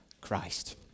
Christ